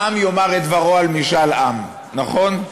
העם יאמר את דברו על משאל עם, נכון?